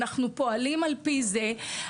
אנחנו פועלים על-פי זה.